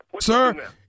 Sir